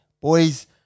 Boys